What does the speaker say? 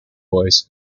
voice